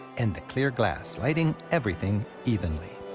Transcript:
and the clear glass lighting everything evenly.